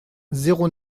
zéro